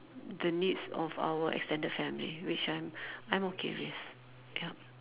the needs of our extended family which I'm I'm okay with ya